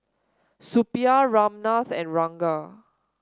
Suppiah Ramnath and Ranga